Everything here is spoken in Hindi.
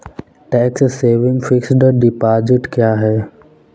टैक्स सेविंग फिक्स्ड डिपॉजिट क्या है?